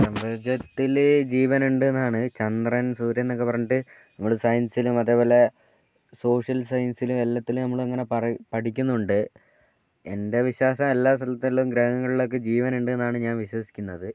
പ്രപഞ്ചത്തിൽ ജീവനുണ്ടെന്നാണ് ചന്ദ്രൻ സൂര്യൻ എന്നൊക്കെ പറഞ്ഞിട്ട് നമ്മൾ സയൻസിലും അതുപോലെ സോഷ്യൽ സയൻസിലും എല്ലാത്തിലും നമ്മൾ അങ്ങനെ പറയും പഠിക്കുന്നുണ്ട് എൻ്റെ വിശ്വാസം എല്ലാ സ്ഥലത്തിലും ഗ്രഹങ്ങളിലൊക്കെ ജീവനുണ്ട് എന്നാണ് ഞാൻ വിശ്വസിക്കുന്നത്